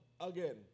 again